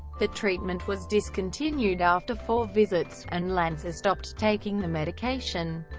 the treatment was discontinued after four visits, and lanza stopped taking the medication.